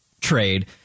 trade